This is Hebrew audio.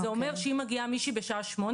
זה אומר שאם מגיעה מישהי בשעה 20:00